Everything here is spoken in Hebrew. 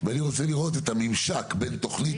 אני רוצה לראות את הממשק בין תוכנית